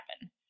happen